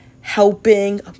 helping